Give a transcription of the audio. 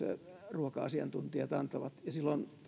ruoka asiantuntijat antavat ja silloin